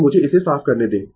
तो मुझे इसे साफ करने दें